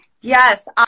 Yes